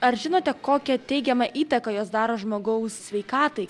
ar žinote kokią teigiamą įtaką jos daro žmogaus sveikatai